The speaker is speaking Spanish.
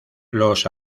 los